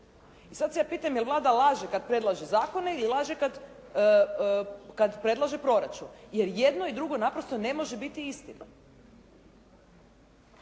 I sada se ja pitam jel' Vlada laže kada predlaže zakone i laže kada predlaže proračun, jer jedno i drugo naprosto ne može biti istinom.